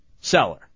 seller